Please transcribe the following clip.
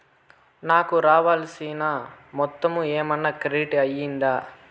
నాకు రావాల్సిన మొత్తము ఏమన్నా క్రెడిట్ అయ్యిందా